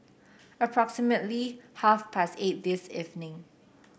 approximately half past eight this evening